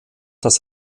das